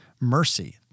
mercy